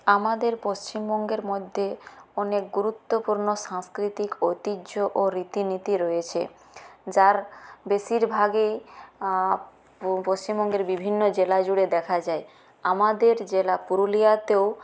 আমাদের পশ্চিমবঙ্গের মধ্যে অনেক গুরুত্বপূর্ণ সাংস্কৃতিক ঐতিহ্য ও রীতিনীতি রয়েছে যার বেশিরভাগই পশ্চিমবঙ্গের বিভিন্ন জেলা জুড়ে দেখা যায় আমাদের জেলা পুরুলিয়াতেও